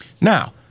Now